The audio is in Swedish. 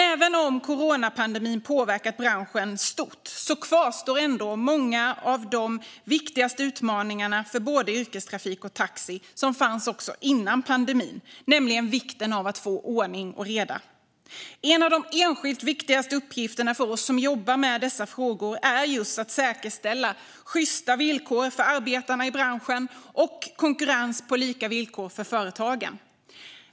Även om coronapandemin påverkat branschen stort kvarstår många av de viktigaste utmaningar för både yrkestrafik och taxi som fanns också innan pandemin, inte minst vikten av att få ordning och reda. En av de enskilt viktigaste uppgifterna för oss som jobbar med dessa frågor är just att säkerställa sjysta villkor för arbetarna i branschen och konkurrens på lika villkor för företagen.